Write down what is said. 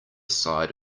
side